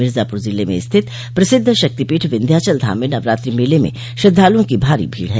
मिर्जापुर जिले म स्थित प्रसिद्ध शक्तिपीठ विन्ध्याचल धाम में नवरात्रि मेले में श्रद्वालुओं की भारी भीड़ है